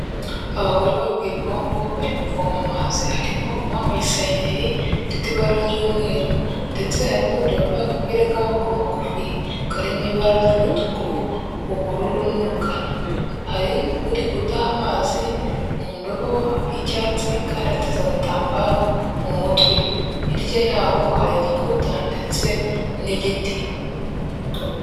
Abagore bari ku ipombo, bari kuvoma amazi, harimo uwambaye isengeri ifite ibara ry'umweru ndetse hari n'undi wambaye agapira k'amaboko magufi karimo ibara ry'umutuku, ubururu, n'umukara, hari uri kudaha amazi mu ndobo y'icyatsi kandi ateze agatambaro mu mutwe, hirya yabo hari igikuta ndetse n'igiti.